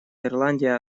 ирландия